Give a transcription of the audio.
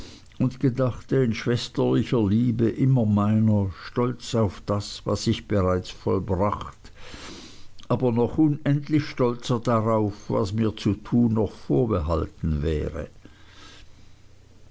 genommen gedachte in schwesterlicher liebe immer meiner stolz auf das was ich bereits vollbracht aber noch unendlich stolzer darauf was mir zu tun noch vorbehalten wäre